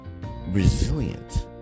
resilient